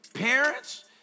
Parents